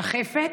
שחפת,